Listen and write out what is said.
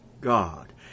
God